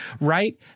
right